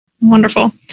Wonderful